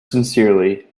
sincerely